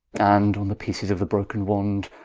and on the peeces of the broken wand